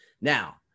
Now